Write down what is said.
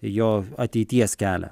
jo ateities kelią